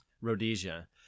rhodesia